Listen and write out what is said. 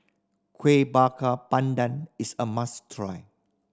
Kuih Bakar Pandan is a must try